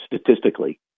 statistically